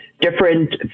different